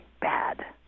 bad